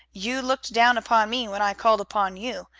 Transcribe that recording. you looked down upon me when i called upon you.